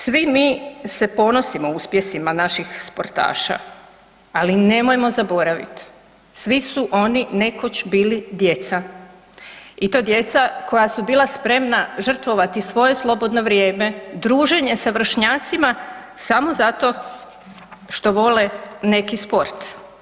Svi mi se ponosimo uspjesima naših sportaša, ali nemojmo zaboraviti svi su oni nekoć bili djeca i to djeca koja su bila spremna žrtvovati svoje slobodno vrijeme, druženje sa vršnjacima samo zato što vole neki sport.